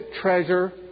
treasure